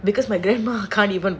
because my grandma can't even walk